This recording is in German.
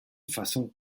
fassung